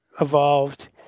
evolved